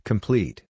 Complete